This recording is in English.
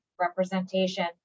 representation